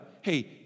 hey